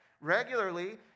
regularly